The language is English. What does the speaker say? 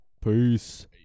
Peace